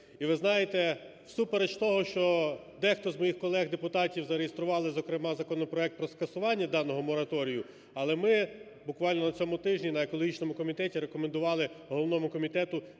І ви знаєте, всупереч того, що дехто з моїх колег-депутатів зареєстрували, зокрема, законопроект про скасування даного мораторію, але ми буквально на цьому тижні на екологічному комітеті рекомендували головному комітету